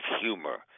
humor